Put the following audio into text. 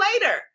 later